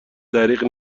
دریغ